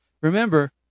Remember